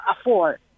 afford